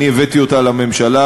אני הבאתי אותה לממשלה,